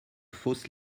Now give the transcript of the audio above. fausses